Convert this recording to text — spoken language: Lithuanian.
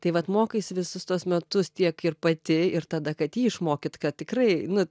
tai vat mokaisi visus tuos metus tiek ir pati ir tada kad jį išmokyt kad tikrai nu